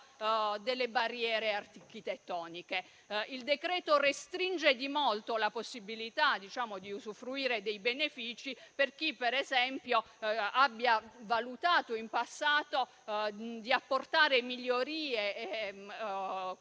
delle barriere architettoniche. Il decreto restringe di molto la possibilità di usufruire dei benefici per chi, ad esempio, abbia valutato in passato di apportare migliorie,